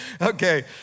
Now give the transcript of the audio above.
okay